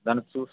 దాన్ని చు